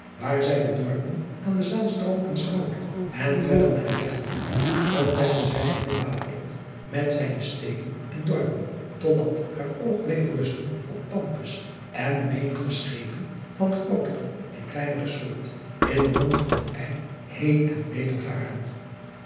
waar zij de dorpen aan den aanstroom aanschouwde en verder naar de regterhand ontdekte zij geheel aterland met zijne steden en dorpen totdat haar oog bleef rusten op ampus en de menigte schepen van grootere en kleinere soort in den mond van het heen en weder